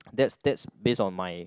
that's that's based on my